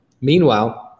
meanwhile